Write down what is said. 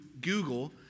Google